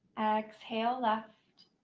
exhale left.